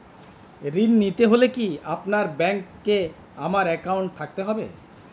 ঋণ নিতে হলে কি আপনার ব্যাংক এ আমার অ্যাকাউন্ট থাকতে হবে?